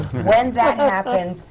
when that happens,